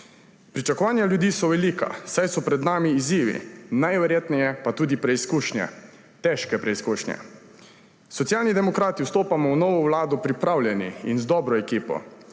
Pričakovanja ljudi so velika, saj so pred nami izzivi, najverjetneje pa tudi preizkušnje, težke preizkušnje. Socialni demokrati vstopamo v novo vlado pripravljeni in z dobro ekipo.